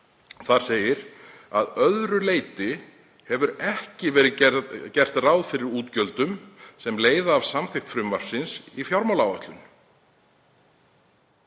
forseta: „Að öðru leyti hefur ekki verið gert ráð fyrir útgjöldum sem leiða af samþykkt frumvarpsins í fjármálaáætlun.“